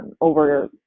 over